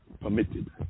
permitted